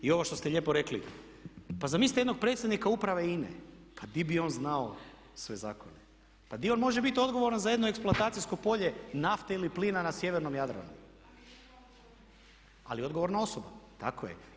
I ovo što ste lijepo rekli, pa zamislite jednog predsjednika uprave INA-e pa di bi on znao sve zakone, pa di on može biti odgovoran za jedno eksploatacijsko polje nafte ili plina na sjevernoj Jadranu, ali je odgovorna osoba tako je.